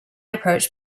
approach